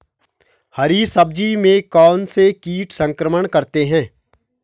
हरी सब्जी में कौन कौन से कीट संक्रमण करते हैं?